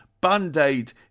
Band-Aid